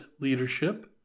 leadership